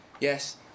Yes